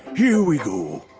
here we go.